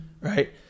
right